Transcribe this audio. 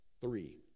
three